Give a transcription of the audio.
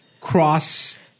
cross